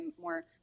more